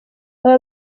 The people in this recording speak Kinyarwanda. aba